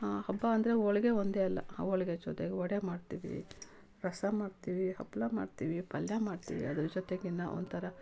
ಹಬ್ಬ ಅಂದರೆ ಹೋಳ್ಗೆ ಒಂದೇ ಅಲ್ಲ ಹೋಳಿಗೆ ಜೊತೆಗೆ ವಡೆ ಮಾಡ್ತೀವಿ ರಸ ಮಾಡ್ತೀವಿ ಹಪ್ಳ ಮಾಡ್ತೀವಿ ಪಲ್ಯ ಮಾಡ್ತೀವಿ ಅದ್ರ ಜೊತೆಗೆ ನಾವು ಒಂಥರ